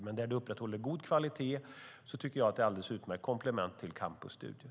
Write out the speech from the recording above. Men där de upprätthåller god kvalitet tycker jag att de är ett alldeles utmärkt komplement till campusstudier.